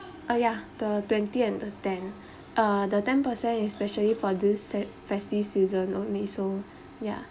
uh yeah the twenty and the ten uh the ten per cent especially for this set festive season only so yeah